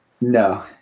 no